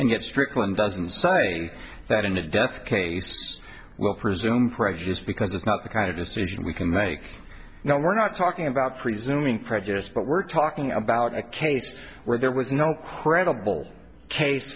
and yet strickland doesn't say that in a death case well presume prejudice because it's not the kind of decision we can make you know we're not talking about presuming prejudice but we're talking about a case where there was no credible case